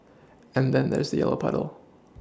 and then there's yellow puddle